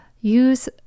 Use